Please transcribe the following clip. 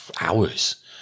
hours